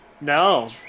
no